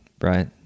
right